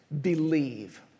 believe